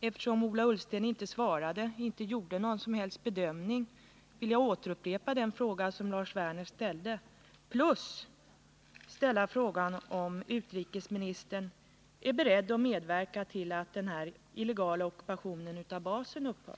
Eftersom Ola Ullsten inte svarade på frågan, dvs. inte gjorde någon som helst bedömning, vill jag upprepa den fråga som Lars Werner ställde samt dessutom till utrikesministern rikta frågan om han är beredd att medverka till att den illegala ockupationen av basen upphör.